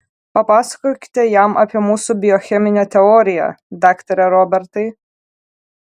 papasakokite jam apie mūsų biocheminę teoriją daktare robertai